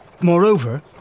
Moreover